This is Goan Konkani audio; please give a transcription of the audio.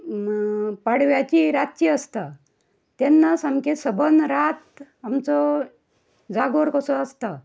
पाडव्याची रातची आसता तेन्ना सामकें सबन रात आमचो जागोर कसो आसता